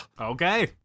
Okay